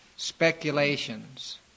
speculations